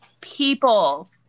People